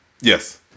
Yes